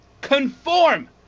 Conform